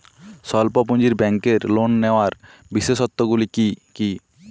স্বল্প পুঁজির ব্যাংকের লোন নেওয়ার বিশেষত্বগুলি কী কী?